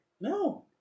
No